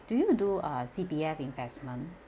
do you do uh C_P_F investment